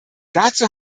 dazu